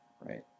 right